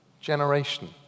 generation